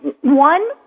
one